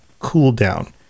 cooldown